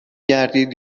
گردید